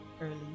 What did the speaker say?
early